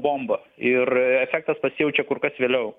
bomba ir efektas pasijaučia kur kas vėliau